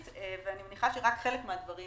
ואני מניחה שרק חלק מהדברים